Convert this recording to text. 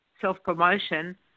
self-promotion